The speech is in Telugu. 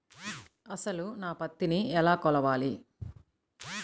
అసలు నా పత్తిని ఎలా కొలవాలి?